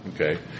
Okay